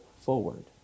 forward